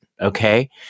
Okay